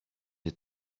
est